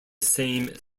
same